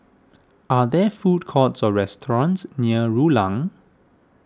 are there food courts or restaurants near Rulang